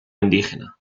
indígena